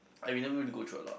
we never really go through a lot